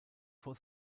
vor